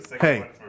Hey